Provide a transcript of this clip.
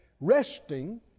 Resting